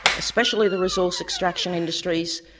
especially the resource extraction industries,